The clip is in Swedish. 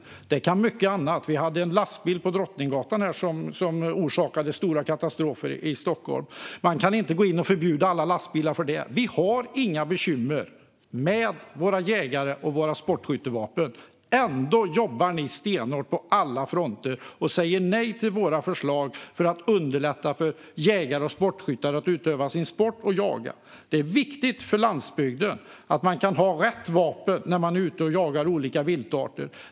Men det kan mycket annat också bli. Vi hade en lastbil på Drottninggatan som orsakade stora katastrofer i Stockholm, men man kan inte gå in och förbjuda alla lastbilar för det. Vi har inga bekymmer med våra jägare och våra sportskyttevapen. Ändå jobbar ni stenhårt på alla fronter och säger nej till våra förslag om att underlätta för jägare och sportskyttar att utöva sin sport och jaga. Det är viktigt för landsbygden att man kan ha rätt vapen när man är ute och jagar olika viltarter.